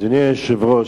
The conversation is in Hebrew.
אדוני היושב-ראש,